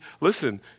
listen